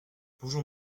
bonjour